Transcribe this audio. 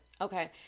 Okay